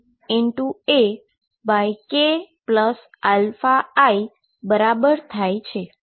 જે 2kAkiα બરાબર થાય છે